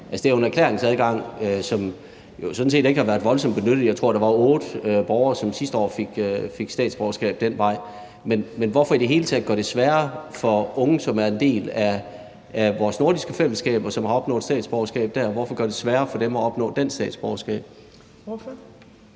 det er jo en erklæringsadgang, som sådan set ikke har været voldsomt benyttet. Jeg tror, at der sidste år var otte borgere, som fik statsborgerskab ad den vej. Men hvorfor i det hele taget gøre det sværere for unge, som er en del af vores nordiske fællesskab, og som har opnået statsborgerskab dér, at opnå dansk statsborgerskab?